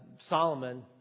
Solomon